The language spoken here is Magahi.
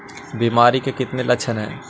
बीमारी के कितने लक्षण हैं?